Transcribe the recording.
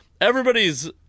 everybody's